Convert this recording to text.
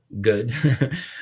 good